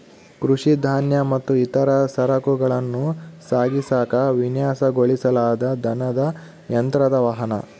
ಕೃಷಿ ಧಾನ್ಯ ಮತ್ತು ಇತರ ಸರಕುಗಳನ್ನ ಸಾಗಿಸಾಕ ವಿನ್ಯಾಸಗೊಳಿಸಲಾದ ದನದ ಯಂತ್ರದ ವಾಹನ